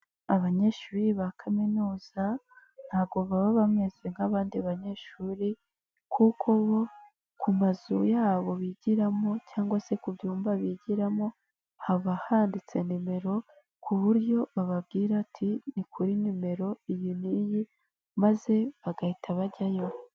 Abanyeshuri ba kaminuza ntago baba bameze nk'abandi banyeshuri kuko bo ku mazu yabo bigiramo cyangwa se ku byumba bigiramo haba handitse nimero ku buryo bababwira ati ni kuri nimero iyi n'iyi maze bagahita bajyayo.